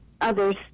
others